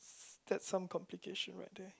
that's some complication right there